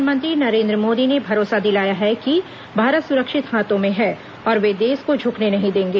प्रधानमंत्री नरेन्द्र मोदी ने भरोसा दिलाया है कि भारत सुरक्षित हाथों में है और वे देश को झुकने नहीं देंगे